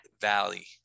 Valley